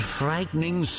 frightening